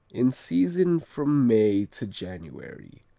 in season from may to january,